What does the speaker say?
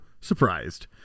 surprised